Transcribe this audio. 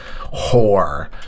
whore